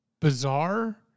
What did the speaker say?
bizarre